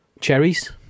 cherries